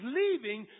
leaving